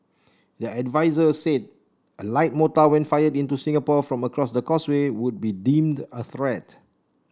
the adviser said a light mortar when fired into Singapore from across the Causeway would be deemed a threat